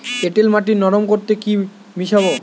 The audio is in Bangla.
এঁটেল মাটি নরম করতে কি মিশাব?